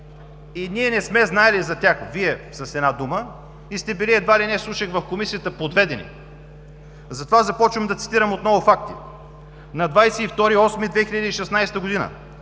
и ние не сме знаели за тях“ – Вие, с една дума. И сте били едва ли не, слушах в Комисията, подведени. Затова започвам да цитирам отново факти. На 22 август 2016 г.